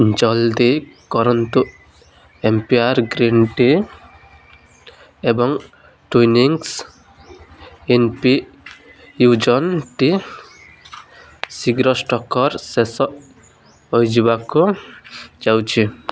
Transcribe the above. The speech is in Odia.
ଜଲ୍ଦି କରନ୍ତୁ ଏମ୍ପିରିଆ ଗ୍ରୀନ୍ ଟି ଏବଂ ଟ୍ଵିନିଙ୍ଗସ୍ ଇନଫିୟୁଜନ୍ ଟି ଶୀଘ୍ର ଷ୍ଟକ୍ର ଶେଷ ହୋଇଯିବାକୁ ଯାଉଛି